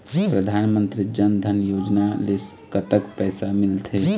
परधानमंतरी जन धन योजना ले कतक पैसा मिल थे?